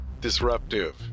disruptive